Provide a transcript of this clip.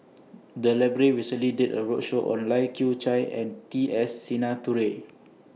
The Library recently did A roadshow on Lai Kew Chai and T S Sinnathuray